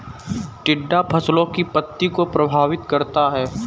टिड्डा फसलों की पत्ती को प्रभावित करता है